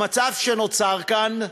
במצב שנוצר כאן.